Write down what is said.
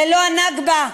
ללא הנכבה,